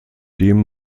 dem